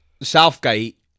Southgate